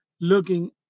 looking